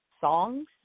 songs